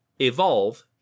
evolve